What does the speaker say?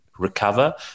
Recover